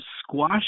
squash